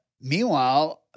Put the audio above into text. Meanwhile